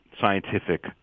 scientific